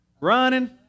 running